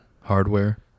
Hardware